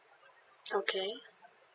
okay